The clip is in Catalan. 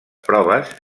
proves